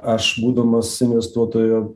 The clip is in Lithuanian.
aš būdamas investuotojo